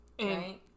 Right